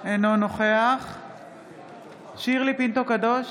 אינו נוכח שירלי פינטו קדוש,